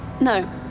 No